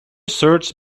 search